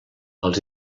els